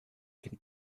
can